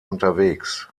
unterwegs